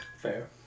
Fair